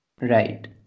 right